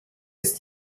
ist